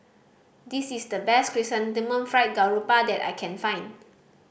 this is the best Chrysanthemum Fried Garoupa that I can find